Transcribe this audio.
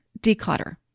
declutter